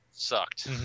Sucked